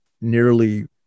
nearly